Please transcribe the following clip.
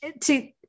to-